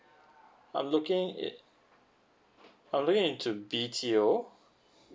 I'm looking it I'm looking into B_T_O